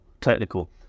technical